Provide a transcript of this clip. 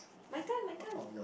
my turn my turn